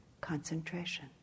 concentration